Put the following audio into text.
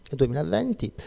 2020